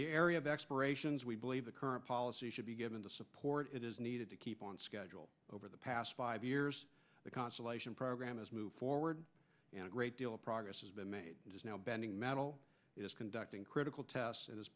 the area of expirations we believe the current policy should be given the support it is needed to keep on schedule over the past five years the constellation program is moved forward and a great deal of progress has been made just now bending metal is conducting critical tests and h